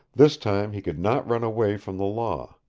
this time he could not run away from the law.